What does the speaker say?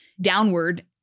downward